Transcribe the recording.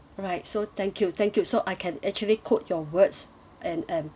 alright so thank you thank you so I can actually quote your words and and